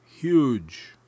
huge